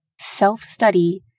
Self-study